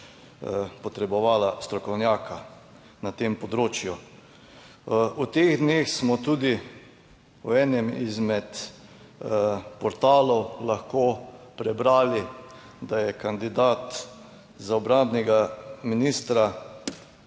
potrebovale strokovnjaka na tem področju. V teh dneh smo tudi na enem izmed portalov lahko prebrali, da je kandidat za obrambnega ministra